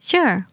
Sure